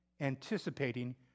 anticipating